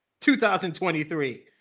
2023